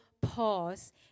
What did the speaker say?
pause